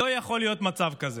לא יכול להיות מצב כזה.